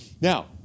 Now